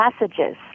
messages